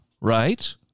right